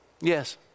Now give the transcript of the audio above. yes